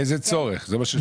לאיזה צורך, זה מה שהוא שואל.